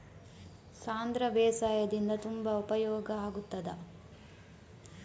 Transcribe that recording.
ಸಾಂಧ್ರ ಬೇಸಾಯದಿಂದ ತುಂಬಾ ಉಪಯೋಗ ಆಗುತ್ತದಾ?